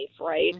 Right